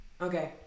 Okay